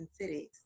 cities